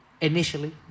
Initially